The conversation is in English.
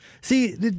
See